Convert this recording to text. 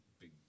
Big